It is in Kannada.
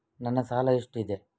ನನ್ನ ಸಾಲ ಎಷ್ಟು ಇದೆ?